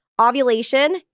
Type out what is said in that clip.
Ovulation